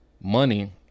money